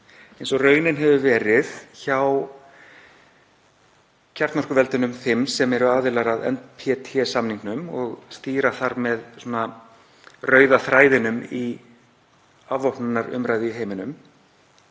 eins og raunin hefur verið hjá kjarnorkuvopnaveldunum fimm sem eru aðilar að NPT-samningnum og stýra þar með rauða þræðinum í afvopnunarumræðu í heiminum.